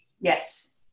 Yes